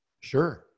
Sure